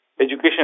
education